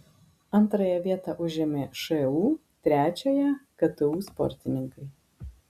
antrąją vietą užėmė šu trečiąją ktu sportininkai